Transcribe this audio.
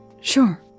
sure